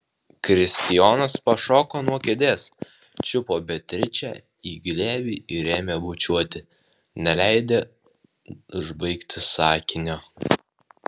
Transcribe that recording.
kristijonas pašoko nuo kėdės čiupo beatričę į glėbį ir ėmė bučiuoti neleido užbaigti sakinio